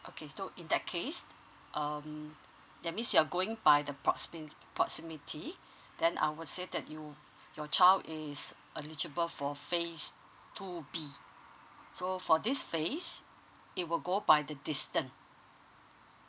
okay so in that case um that means you're going by the proximi~ proximity then I will say that you your child is eligible for phase two B so for this phase it will go by the distance